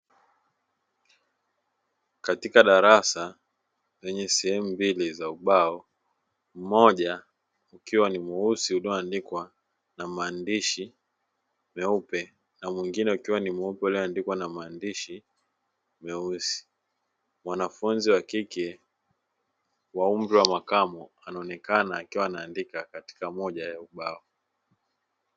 Katika darasa lenye sehemu mbili za ubao, mmoja ukiwa ni mweusi ulio andikwa na maandishi meupe na mwingine ukiwa ni mweupe ulio andikwa na maandishi meusi. Mwanafunzi wa kike wa umri wa makamo anaonekana akiwa anaandika katika moja ya ubao.